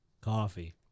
coffee